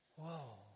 whoa